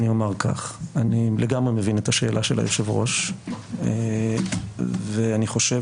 אני לגמרי מבין את השאלה של היושב-ראש ואני חושב